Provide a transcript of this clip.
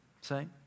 Say